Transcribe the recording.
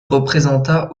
représenta